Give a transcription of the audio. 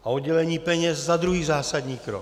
A oddělení peněz za druhý zásadní krok.